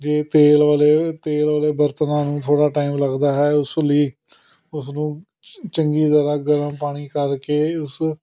ਜੇ ਤੇਲ ਵਾਲੇ ਤੇਲ ਵਾਲੇ ਬਰਤਨਾਂ ਨੂੰ ਥੋੜ੍ਹਾ ਟਾਈਮ ਲੱਗਦਾ ਹੈ ਉਸ ਲਈ ਉਸਨੂੰ ਚੰਗੀ ਤਰ੍ਹਾਂ ਗਰਮ ਪਾਣੀ ਕਰਕੇ ਉਸ